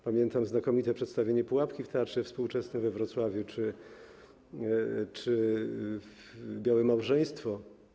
Pamiętam znakomite przedstawienie „Pułapki” w Teatrze Współczesnym we Wrocławiu czy „Białe małżeństwo”